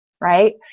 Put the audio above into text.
right